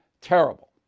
terrible